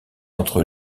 entre